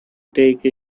take